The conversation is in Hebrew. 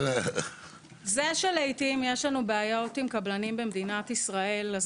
זה שלעיתים יש לנו בעיות עם קבלנים במדינת ישראל אז